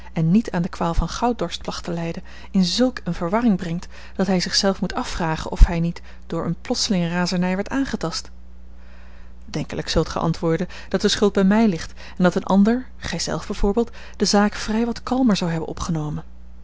en niet aan de kwaal van gouddorst placht te lijden in zulk eene verwarring brengt dat hij zich zelf moet afvragen of hij niet door eene plotselinge razernij werd aangetast denkelijk zult gij antwoorden dat de schuld bij mij ligt en dat een ander gij zelf bij voorbeeld de zaak vrij wat kalmer zou hebben opgenomen